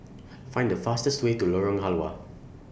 Find The fastest Way to Lorong Halwa